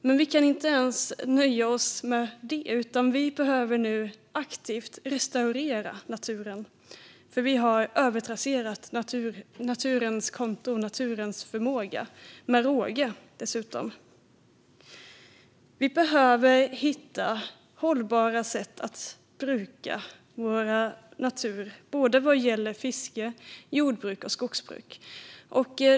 Men vi kan inte nöja oss med det, utan vi behöver nu aktivt restaurera naturen eftersom vi har övertrasserat naturens konton och naturens förmåga, med råge dessutom. Vi behöver hitta hållbara sätt att bruka vår natur, både vad gäller fiske, jordbruk och skogsbruk.